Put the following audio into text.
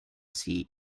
see